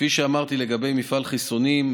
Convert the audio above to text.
כפי שאמרתי לגבי מפעל חיסונים,